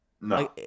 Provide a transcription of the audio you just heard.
No